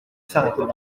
s’arrêtant